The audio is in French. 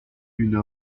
une